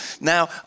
Now